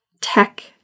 tech